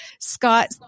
scott